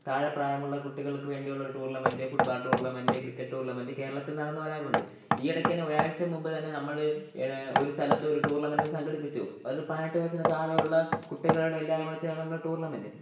താഴ പ്രായമുള്ള കുട്ടികൾക്കുവേണ്ടിയുള്ളൊരു tournament football tournament cricket tournament കേരളത്തിൽ നടന്നുവരാറുണ്ട് ഈയിടക്കു തന്നെ ഒരാഴ്ച മുൻപു തന്നെ നമ്മൾ ഇവിടെ ഒരു സ്ഥലത്തൊരു ടൂർണമെൻറ്റ് സംഘടിപ്പിച്ചു ഒരു പയിനെട്ടു വയസ്സിനു താഴെയുള്ള കുട്ടികളുടെ എല്ലാവരുംകൂടി ചേർന്നുള്ളൊരു ടൂർണമെൻറ്റ്